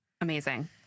Amazing